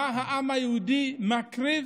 מה העם היהודי מקריב